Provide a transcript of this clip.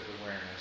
awareness